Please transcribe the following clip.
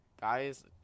guys